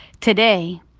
today